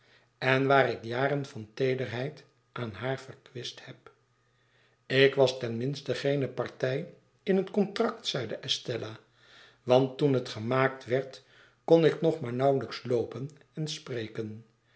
en waar ik jaren van teederheid aan haar verkwist heb ik was ten minste geene partij in het contract zeide estella want toen het gemaakt werd kon ik nog maar nauwelijks loopen en spreken